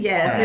Yes